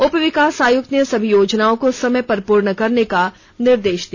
उप विकास आयुक्त ने सभी योजनाओं को समय पर पूर्ण करने का निर्देश दिया